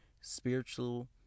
spiritual